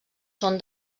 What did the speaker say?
són